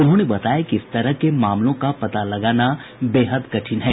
उन्होंने बताया कि इस तरह के मामलों का पता लगाना बेहद कठिन है